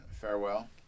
farewell